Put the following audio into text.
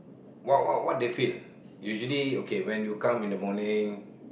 what what what they feel usually okay when you come in the morning